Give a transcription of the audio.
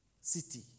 city